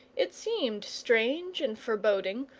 it seemed strange and foreboding,